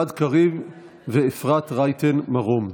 גלעד קריב ואפרת רייטן מרום.